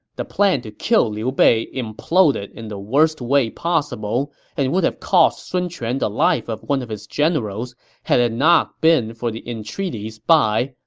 the plan to kill liu bei imploded in the worst way possible and would have cost sun quan the life of one his generals had it not been for the entreaties by,